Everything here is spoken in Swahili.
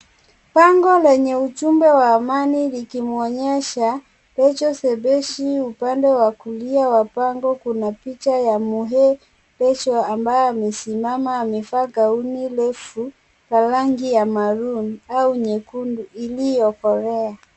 Bango lenye ujumbe wa amani likimwongesha Recho Shebesh upande wa kulia wa bango kuna picha ya Moha Recho ambaye amesimama amavaa kauli refu ya rangi ya maroon au nyekundu iliyokolea.